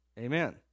Amen